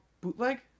bootleg